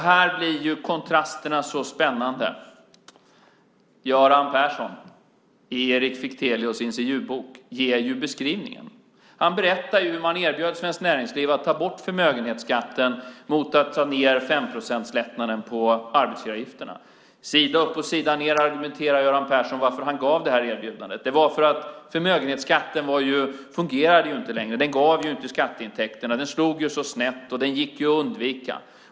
Här blir kontrasterna så spännande. Göran Persson, i Erik Fichtelius intervjubok, ger ju beskrivningen. Han berättar hur man erbjöd Svenskt Näringsliv att man skulle ta bort förmögenhetsskatten mot att man skulle ta ned femprocentslättnaden på arbetsgivaravgifterna. Sida upp och sida ned argumenterar Göran Persson för varför han gav det här erbjudandet. Det var för att förmögenhetsskatten inte fungerade längre. Den gav inte skatteintäkterna. Den slog så snett, och den gick ju att undvika.